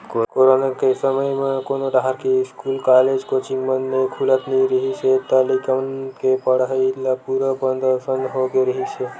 corona के समे जब कोनो डाहर के इस्कूल, कॉलेज, कोचिंग मन खुलत नइ रिहिस हे त लइका मन के पड़हई ल पूरा बंद असन होगे रिहिस हे